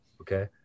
Okay